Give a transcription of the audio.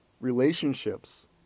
relationships